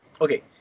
okay